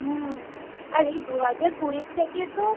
হুম আর এই দু হাজার কুড়ির থেকে তো